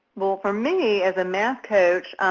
well, for me, as a math coach,